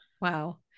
Wow